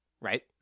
right